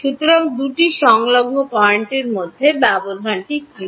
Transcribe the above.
সুতরাং দুটি সংলগ্ন পয়েন্টের মধ্যে ব্যবধানটি কী